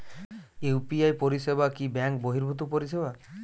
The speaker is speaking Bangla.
ইউ.পি.আই পরিসেবা কি ব্যাঙ্ক বর্হিভুত পরিসেবা?